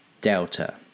Delta